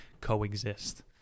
coexist